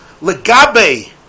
Legabe